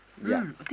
ya